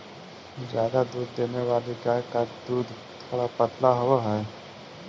ज्यादा दूध देने वाली गाय का दूध थोड़ा पतला होवअ हई